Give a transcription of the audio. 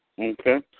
Okay